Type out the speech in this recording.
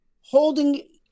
holding